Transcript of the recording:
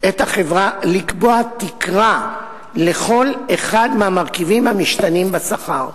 את החברה לקבוע תקרה לכל אחד מהמרכיבים המשתנים בשכר.